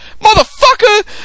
Motherfucker